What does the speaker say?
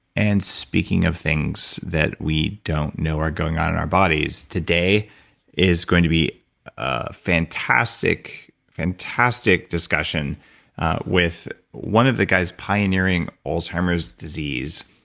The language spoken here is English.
and speaking of things that we don't know are going on in our bodies, today is going to be a fantastic, fantastic discussion with one of the guys pioneering alzheimer's disease,